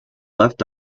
left